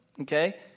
Okay